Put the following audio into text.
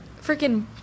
freaking